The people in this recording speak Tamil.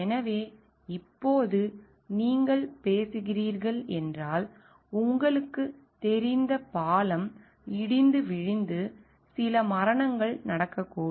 எனவே இப்போது நீங்கள் பேசுகிறீர்கள் என்றால் உங்களுக்குத் தெரிந்த பாலம் இடிந்து விழுந்து சில மரணங்கள் நடக்கக்கூடும்